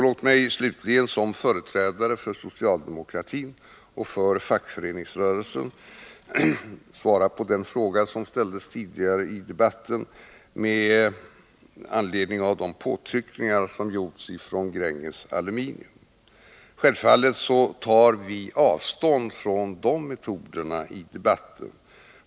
Låt mig slutligen som företrädare för socialdemokratin och för fackföreningsrörelsen svara på den fråga som ställdes tidigare i debatten med anledning av de påtryckningar som gjorts från Gränges Aluminium. Självfallet tar vi avstånd från de metoder som Gränges Aluminium tillämpar.